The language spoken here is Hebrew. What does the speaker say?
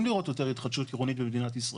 לראות יותר התחדשות עירונית במדינת ישראל',